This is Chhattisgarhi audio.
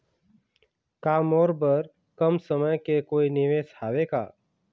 का मोर बर कम समय के कोई निवेश हावे का?